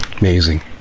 Amazing